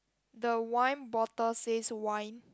the wine bottle says wine